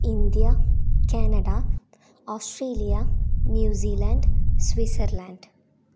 India Canada Australia New Zealand Switzerland